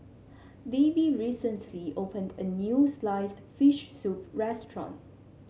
Davey recently opened a new sliced fish soup restaurant